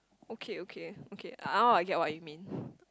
okay okay okay now I get what you mean